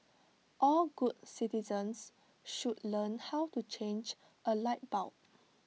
all good citizens should learn how to change A light bulb